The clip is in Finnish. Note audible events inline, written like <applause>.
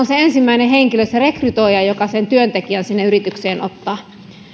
<unintelligible> se ensimmäinen henkilö joka sen työntekijän sinne yritykseen ottaa